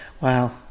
Wow